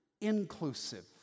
inclusive